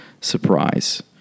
surprise